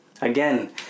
again